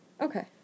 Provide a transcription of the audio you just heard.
Okay